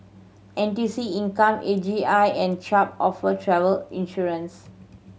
N T U C Income A G I and Chubb offer travel insurance